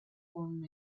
con